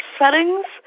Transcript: settings